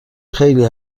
خیلی